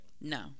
No